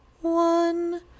One